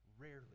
rarely